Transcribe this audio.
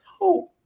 hope